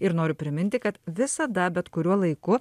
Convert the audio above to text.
ir noriu priminti kad visada bet kuriuo laiku